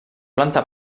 planta